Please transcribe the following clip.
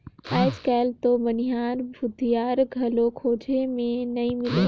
आयज कायल तो बनिहार, भूथियार घलो खोज मे नइ मिलें